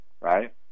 right